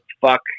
fuck